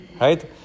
Right